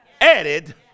added